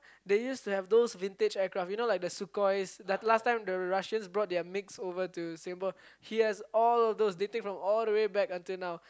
they used to have those vintage aircraft you know like the Sukhois the last time the Russians brought their mix over to Singapore he has all of those